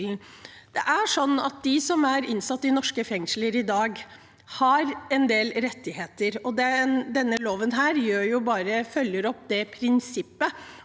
Det er sånn at de som er innsatt i norske fengsler i dag, har en del rettigheter, og denne loven følger bare opp det prinsippet.